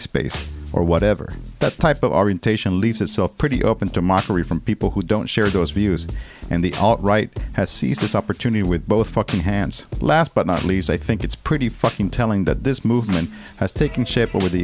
space or whatever that type of orientation leaves itself pretty open to mockery from people who don't share those views and the alt right has seized this opportunity with both fucking hands last but not least i think it's pretty fucking telling that this movement has taken shape over the